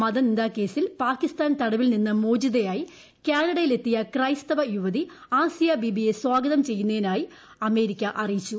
മതനിന്ദാ കേസിൽ പാകിസ്ഥാൻ തടവിൽ നിന്ന് മോചിതയായി കാനഡയിലെത്തിയ ക്രൈസ്തവ യുവതി ആസിയാബീബിയെ സ്വാഗതം ചെയ്യുന്നതായി അമേരിക്ക അറിയിച്ചു